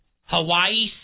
Hawaii